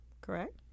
correct